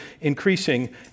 increasing